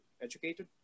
educated